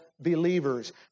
believers